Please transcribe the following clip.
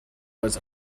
was